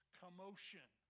commotion